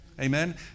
Amen